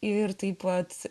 ir taip pat